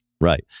Right